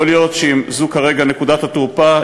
יכול להיות שאם זו כרגע נקודת התורפה,